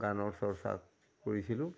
গানৰ চৰ্চা কৰিছিলোঁ